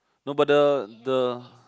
no but the the